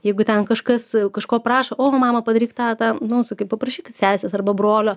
jeigu ten kažkas kažko prašo o mama padaryk tą tą nu sakai paprašykit sesės arba brolio